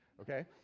Okay